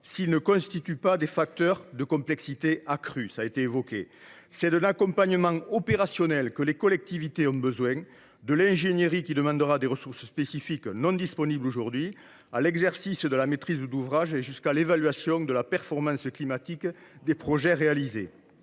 cela a été évoqué – des facteurs de complexité accrue. C’est d’un accompagnement opérationnel que les collectivités ont besoin : de l’ingénierie, qui demandera des ressources spécifiques non disponibles aujourd’hui, jusqu’à l’exercice de la maîtrise d’ouvrage et l’évaluation de la performance climatique des projets réalisés.